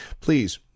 please